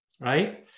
right